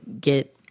get